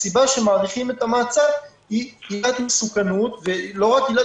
הסיבה שמאריכים את המעצר היא עילת מסוכנות ולא רק עילת